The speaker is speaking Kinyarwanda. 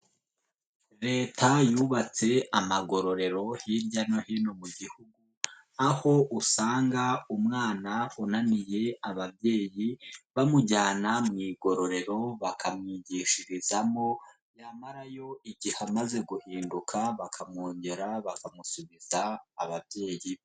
Leta yubatse amagororero hirya no hino mu gihugu, aho usanga umwana unaniye ababyeyi bamujyana mu igororero bakamwigishirizamo yamarayo igihe amaze guhinduka, bakamwongera bakamusubiza ababyeyi be.